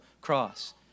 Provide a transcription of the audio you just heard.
cross